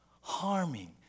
harming